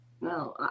No